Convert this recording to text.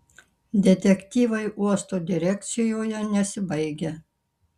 detektyvai uosto direkcijoje nesibaigia